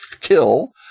kill